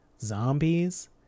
zombies